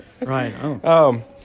Right